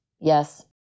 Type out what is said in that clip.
Yes